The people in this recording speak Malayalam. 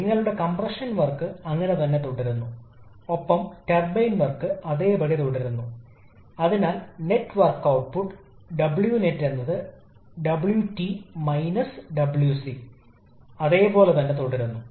ഇവിടെ നമുക്ക് ഒരു വാതകം ഉണ്ട് ടർബൈൻ 10 ന്റെ മർദ്ദ അനുപാതവും പരമാവധി താപനില 700 0 സി യും ഉപയോഗിച്ച് പ്രവർത്തിക്കുന്നു